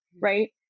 right